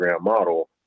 model